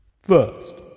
First